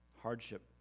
hardship